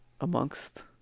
amongst